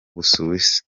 busuwisi